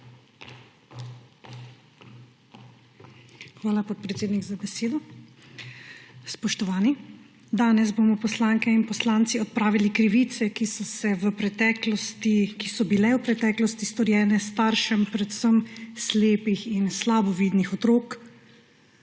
Hvala, podpredsednik, za besedo. Spoštovani! Danes bomo poslanke in poslanci odpravili krivice, ki so bile v preteklosti storjene staršem slepih in slabovidnih otrok